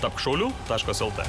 tapk šauliu taškas lt